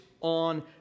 on